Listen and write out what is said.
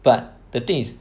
but the thing is